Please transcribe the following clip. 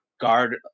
guard